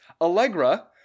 Allegra